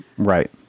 Right